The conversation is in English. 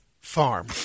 farm